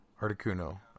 Articuno